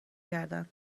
کردند